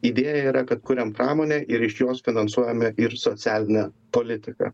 idėja yra kad kuriam pramonę ir iš jos finansuojame ir socialinę politiką